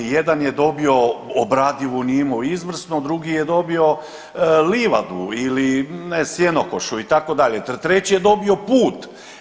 Jedan je dobio obradivu njivu izvrsnu drugi je dobio livadu ili sjenokošu itd., treći je dobio put.